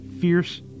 fierce